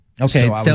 Okay